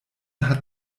hat